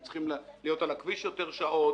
הם צריכים להיות על הכביש יותר שעות.